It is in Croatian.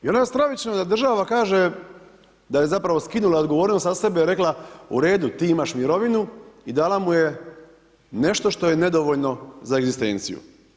I onda je stravično da država kaže da je zapravo skinula odgovornost sa sebe i rekla, u redu, ti imaš mirovinu i dala mu je nešto što je nedovoljno za egzistenciju.